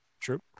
true